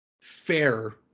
Fair